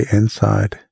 inside